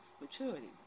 maturity